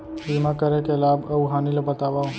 बीमा करे के लाभ अऊ हानि ला बतावव